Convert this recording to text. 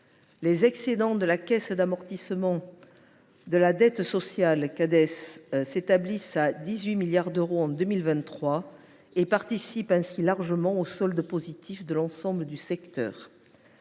Les excédents de la Caisse d’amortissement de la dette sociale (Cades) s’établissent à 18 milliards d’euros en 2023 ; ils participent ainsi largement au solde positif de l’ensemble du secteur.